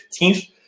15th